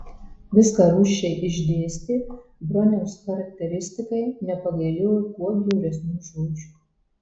viską rūsčiai išdėstė broniaus charakteristikai nepagailėjo kuo bjauresnių žodžių